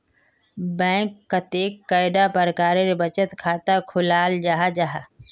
Bank कतेक कैडा प्रकारेर बचत खाता खोलाल जाहा जाहा?